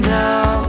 now